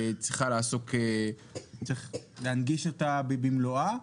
צריך להנגיש אותה במלואה.